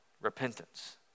repentance